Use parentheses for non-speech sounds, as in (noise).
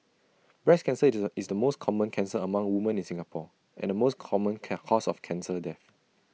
breast cancer (unintelligible) is the most common cancer among women in Singapore and the most common can cause of cancer death